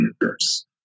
universe